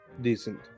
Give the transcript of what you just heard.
decent